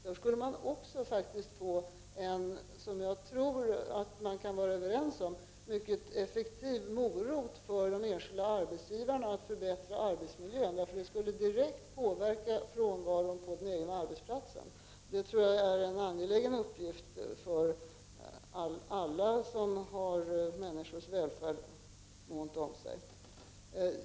Då skulle man också få en effektiv morot för de enskilda arbetsgivarna att förbättra arbetsmiljön. Det tror jag vi kan vara överens om. Det skulle nämligen direkt påverka frånvaron på arbetsplatsen. Detta är en angelägen uppgift för alla som har att måna om människors välfärd.